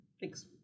Thanks